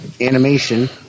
Animation